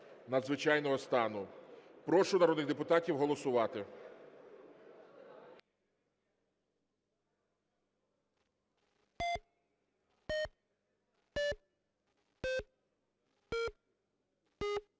надзвичайного стану. Прошу народних депутатів голосувати.